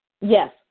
Yes